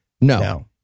No